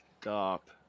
stop